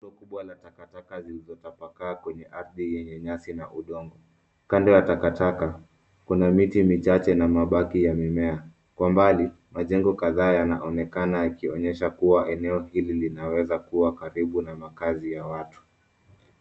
Rundo kubwa la takataka zilizotapakaa kwenye ardhi yenye nyasi na udongo. Kando ya takataka kuna miti michache na mabaki ya mimea, kwa mbali majengo kadhaa yanaonekana yakionyesha kuwa eneo hili linaweza kuwa karibu na makazi ya watu.